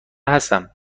هستم